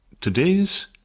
today's